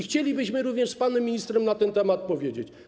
Chcielibyśmy również z panem ministrem na ten temat porozmawiać.